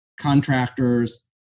contractors